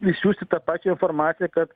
išsiųsti tą pačią informaciją kad